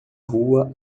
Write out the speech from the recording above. rua